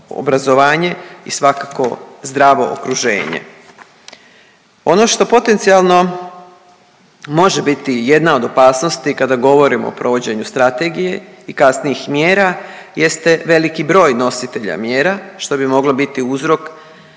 obrazovanje i svakako zdravo okruženje. Ono što potencijalno može biti jedna od opasnosti kada govorimo o provođenju strategije i kasnijih mjera jeste veliki broj nositelja mjera što bi moglo biti uzrok